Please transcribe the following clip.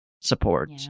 support